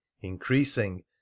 increasing